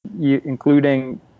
including